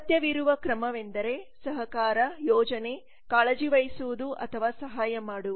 ಅಗತ್ಯವಿರುವ ಕ್ರಮವೆಂದರೆ ಸಹಕಾರ ಯೋಜನೆ ಕಾಳಜಿ ವಹಿಸುವುದು ಅಥವಾ ಸಹಾಯ ಮಾಡುವುದು